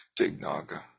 Dignaga